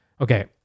okay